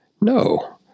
No